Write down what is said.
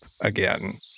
again